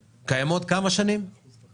כמה שנים הן קיימות?